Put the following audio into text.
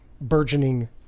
burgeoning